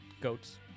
Goats